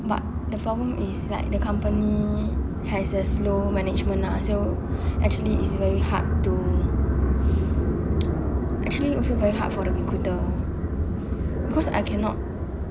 but the problem is like the company has a slow management ah so actually it's very hard to actually also very hard for the recruiter because I cannot